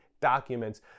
documents